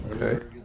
Okay